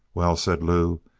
well, said lew,